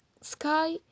sky